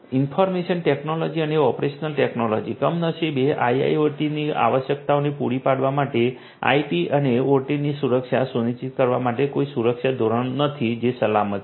information technology અને operation technology કમનસીબે IIOT ની આવશ્યકતાઓને પૂરી પાડવા માટે આઇટી અને ઓટીની સુરક્ષા સુનિશ્ચિત કરવા માટે કોઈ સુરક્ષા ધોરણો નથી કે જે સલામત છે